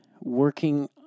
working